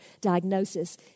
diagnosis